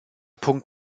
punkt